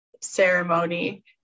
ceremony